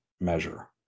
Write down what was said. measure